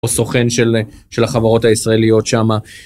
או סוכן של החברות הישראליות שמה.